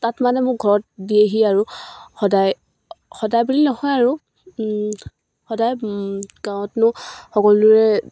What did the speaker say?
তাত মানে মোক ঘৰত দিয়েহি আৰু সদায় সদায় বুলি নহয় আৰু সদায় গাঁৱতনো সকলোৰে